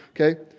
okay